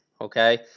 okay